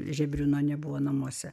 žebriūno nebuvo namuose